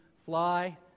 fly